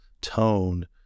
tone